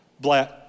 black